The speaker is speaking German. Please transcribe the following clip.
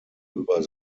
über